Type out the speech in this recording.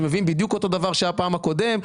מביאים בדיוק אותו דבר כפי שהיה בפעם הקודמת.